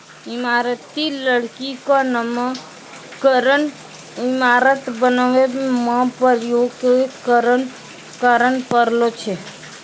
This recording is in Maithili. इमारती लकड़ी क नामकरन इमारत बनावै म प्रयोग के कारन परलो छै